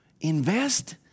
invest